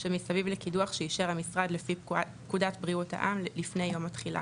שמסביב לקידוח שאישר המשרד לפי פקודת בריאות העם לפני יום התחילה.